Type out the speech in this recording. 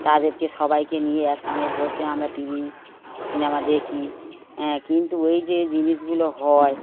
তাদেরকে সবাইকে নিয়ে একসঙ্গে বসে আমরা টি ভি সিনেমা দেখি হ্যাঁ কিন্তু ওই যে জিনিসগুলো হয়